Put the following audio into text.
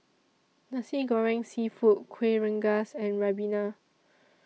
Nasi Goreng Seafood Kueh Rengas and Ribena